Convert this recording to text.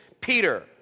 Peter